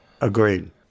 Agreed